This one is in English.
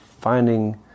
finding